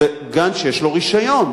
זה גן שיש לו רשיון.